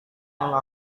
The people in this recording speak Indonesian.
yang